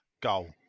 Goal